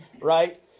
right